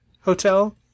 Hotel